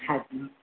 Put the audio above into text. हां जी